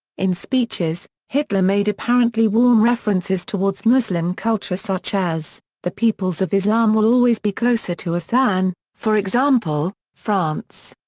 in speeches, hitler made apparently warm references towards muslim culture such as the peoples of islam will always be closer to us than, for example, france.